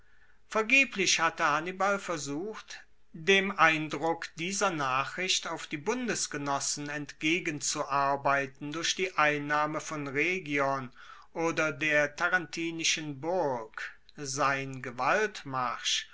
vergeblich hatte hannibal versucht dem eindruck dieser nachricht auf die bundesgenossen entgegenzuarbeiten durch die einnahme von rhegion oder der tarentinischen burg sein